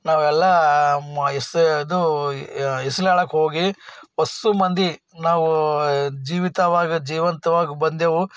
ನಾವು ಎಲ್ಲ ಮ ಈಜು ಇದು ಈಜಲಾಡೋಕ್ಕೆ ಹೋಗಿ ಅಷ್ಟೂ ಮಂದಿ ನಾವು ಜೀವಿತವಾಗಿ ಜೀವಂತವಾಗಿ ಬಂದೆವು